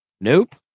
Nope